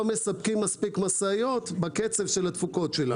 מספקים מספיק משאיות בקצב של התפוקות שלה.